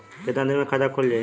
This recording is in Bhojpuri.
कितना दिन मे खाता खुल जाई?